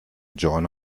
join